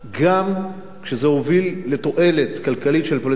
גם כשזה הוביל לתועלת כלכלית של הפלסטינים,